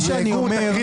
וזכות